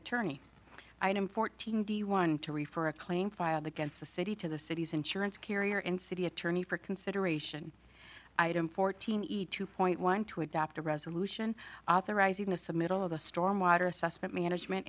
attorney i am fourteen d one to refer a claim filed against the city to the city's insurance carrier and city attorney for consideration item fourteen eat two point one to adopt a resolution authorizing the submittal of the storm water assessment management